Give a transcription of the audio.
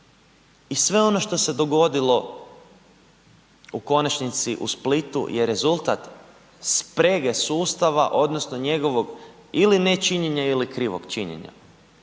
I sve ono što se dogodilo u konačnici u Splitu jer rezultat sprege sustava odnosno njegovog ili nečinjenja ili krivog činjenja.